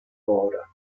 border